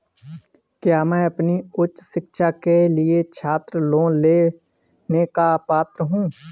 क्या मैं अपनी उच्च शिक्षा के लिए छात्र लोन लेने का पात्र हूँ?